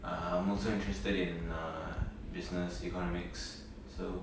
I'm also interested in err business economics so